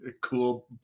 cool